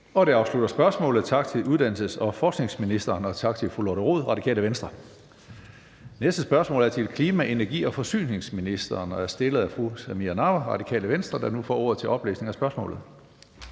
Det afslutter spørgsmålet. Tak til uddannelses- og forskningsministeren, og tak til fru Lotte Rod, Radikale Venstre. Det næste spørgsmål er til klima-, energi- og forsyningsministeren og er stillet af fru Samira Nawa, Radikale Venstre. Kl. 14:53 Spm. nr.